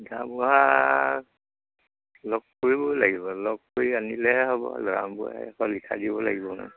গাঁওবুঢ়াক লগ কৰিব লাগিব লগ কৰি আনিলেহে হ'ব গাঁওবুঢ়াই আকৌ লিখা দিব লাগিব নহয়